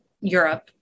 Europe